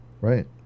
Right